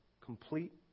complete